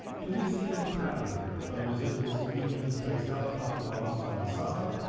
do we see any pattern here? are the residuals evenly spaced out top to bottom side to side?